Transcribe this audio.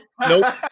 nope